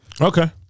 Okay